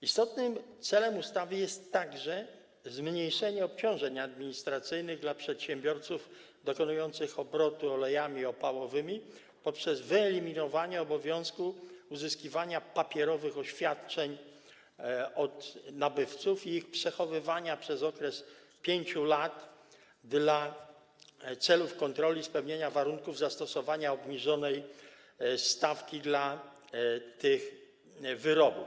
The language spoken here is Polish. Istotnym celem ustawy jest także zmniejszenie obciążeń administracyjnych dla przedsiębiorców dokonujących obrotu olejami opałowymi poprzez wyeliminowanie obowiązku uzyskiwania papierowych oświadczeń od nabywców i ich przechowywania przez okres 5 lat do celów kontroli spełnienia warunków zastosowania obniżonej stawki dla tych wyrobów.